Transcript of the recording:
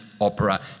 opera